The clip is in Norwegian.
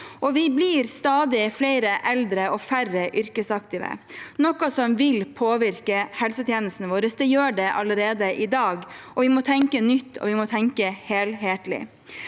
Vi blir stadig flere eldre og færre yrkesaktive, noe som vil påvirke helsetjenestene våre – det gjør det allerede i dag. Vi må tenke nytt, og vi